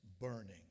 burning